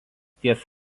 ties